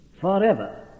forever